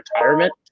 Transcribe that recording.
retirement